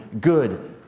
good